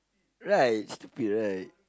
right stupid right